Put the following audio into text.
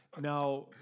Now